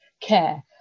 care